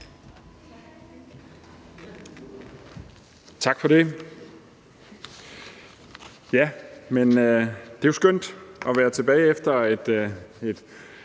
Tak for det. Det er jo skønt at være tilbage efter et